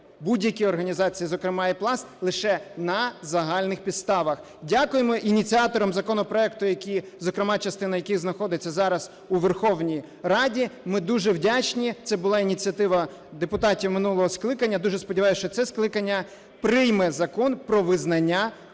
будь-які організації, зокрема і Пласт, лише на загальних підставах. Дякуємо ініціаторам законопроекту, які, зокрема частина яких знаходиться зараз у Верховній Раді, ми дуже вдячні, це була ініціатива депутатів минулого скликання. Дуже сподіваюсь, що це скликання прийме Закон про визнання пластового